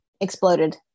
exploded